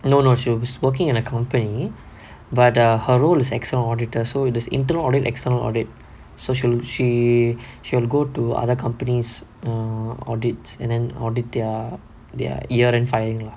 no no she's working in a company but err her role is external auditor so there is internal external audit so she she will go to other companies err audit and then audit their year end firing lah